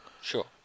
Sure